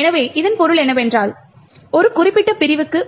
எனவே இதன் பொருள் என்னவென்றால் ஒரு குறிப்பிட்ட பிரிவுக்கு